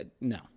no